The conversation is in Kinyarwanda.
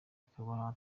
akaba